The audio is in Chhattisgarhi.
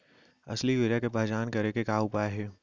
असली यूरिया के पहचान करे के का उपाय हे?